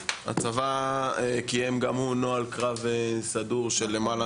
הצבא קיים גם הוא נוהל קרב סדור של למעלה